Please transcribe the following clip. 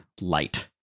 light